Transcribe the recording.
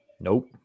Nope